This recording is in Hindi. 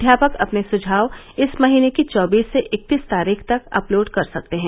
अध्यापक अपने सुझाव इस महीने की चौबीस से इकतीस तारीख तक अपलोड कर सकते हैं